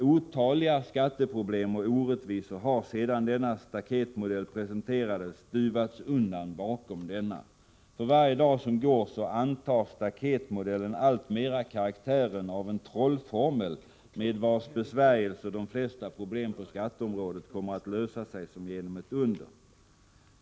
Otaliga skatteproblem och orättvisor har sedan denna staketmodell presenterades stuvats undan bakom denna. För varje dag som går antar staketmodellen alltmera karaktären av en trollformel, med vars besvärjelser de flesta problem på skatteområdet kommer att lösa sig som genom ett under.